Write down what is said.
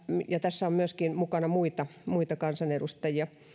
ja tässä on mukana myöskin muita kansanedustajia on